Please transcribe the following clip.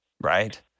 right